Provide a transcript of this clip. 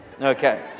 Okay